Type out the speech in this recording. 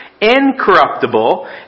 incorruptible